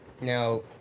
Now